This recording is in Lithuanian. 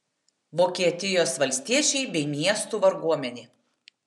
vokietijos valstiečiai bei miestų varguomenė